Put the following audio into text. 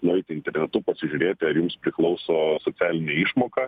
nueiti internetu pasižiūrėti ar jums priklauso socialinė išmoka